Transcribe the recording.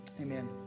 Amen